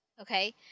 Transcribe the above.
okay